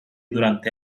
durante